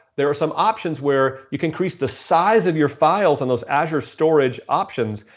there are some options where you can increase the size of your files and those azure storage options,